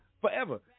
forever